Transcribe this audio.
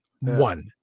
one